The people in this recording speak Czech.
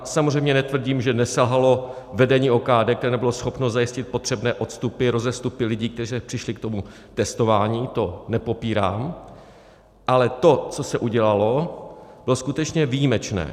Samozřejmě netvrdím, že neselhalo vedení OKD, které nebylo schopno zajistit potřebné odstupy, rozestupy lidí, kteří přišli k tomu testování, to nepopírám, ale to, co se udělalo, bylo skutečně výjimečné.